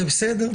בסדר.